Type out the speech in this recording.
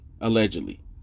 allegedly